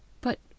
But